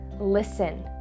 listen